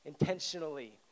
intentionally